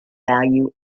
value